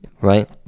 Right